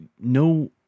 no